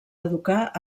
educar